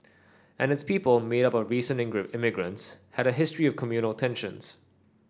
and its people made up of recent immigrants had a history of communal tensions